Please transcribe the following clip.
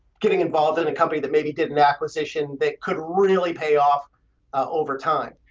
getting involved in a company that maybe didn't acquisition. that could really pay off over time.